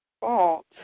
fault